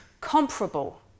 comparable